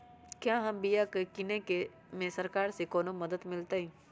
क्या हम बिया की किने में सरकार से कोनो मदद मिलतई?